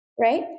Right